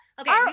okay